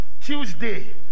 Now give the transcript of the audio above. Tuesday